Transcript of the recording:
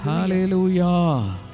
Hallelujah